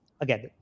again